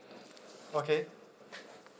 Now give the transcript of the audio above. okay